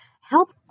Help